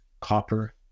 copper